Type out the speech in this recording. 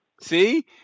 See